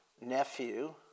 nephew